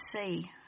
see